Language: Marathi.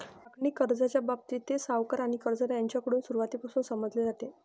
मागणी कर्जाच्या बाबतीत, ते सावकार आणि कर्जदार यांच्याकडून सुरुवातीपासूनच समजले जाते